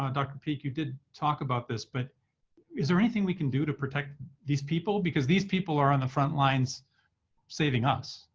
ah dr. peek, you did talk about this. but is there anything we can do to protect these people? because these people are on the frontlines saving us,